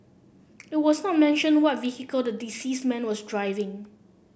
it was not mentioned what vehicle the deceased man was driving